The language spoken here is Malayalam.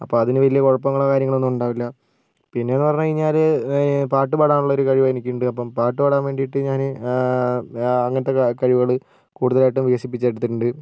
അപ്പോൾ അതിന് വലിയ കുഴപ്പങ്ങളോ കാര്യങ്ങളോ ഒന്നും ഉണ്ടാവില്ല പിന്നെ എന്ന് പറഞ്ഞു കഴിഞ്ഞാൽ പാട്ടുപാടാനുള്ളൊരു കഴിവ് എനിക്കുണ്ട് അപ്പം പാട്ട് പാടാൻ വേണ്ടിയിട്ട് ഞാൻ അങ്ങനത്തെ കഴിവുകൾ കൂടുതലായിട്ടും വികസിപ്പിച്ചെടുത്തിട്ടുണ്ട്